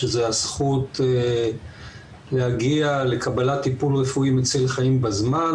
שזה הזכות להגיע לקבלת טיפול רפואי מציל חיים בזמן,